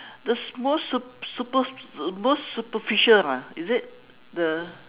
the most sup~ super~ most superficial lah is it the